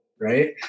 right